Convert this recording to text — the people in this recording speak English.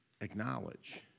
acknowledge